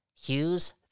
Hughes